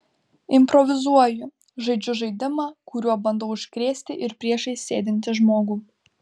improvizuoju žaidžiu žaidimą kuriuo bandau užkrėsti ir priešais sėdintį žmogų